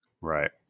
Right